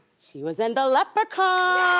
she was in the leprechaun.